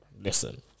Listen